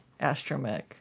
Astromech